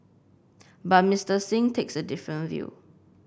but Mister Singh takes a different view